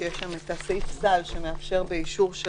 שיש שם את סעיף הסל שמאפשר באישור של